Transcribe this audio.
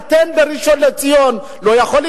לתת ל-300,000 אזרחי מדינת ישראל שהגיעו